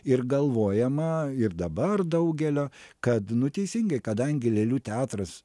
ir galvojama ir dabar daugelio kad nu teisingai kadangi lėlių teatras